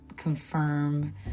confirm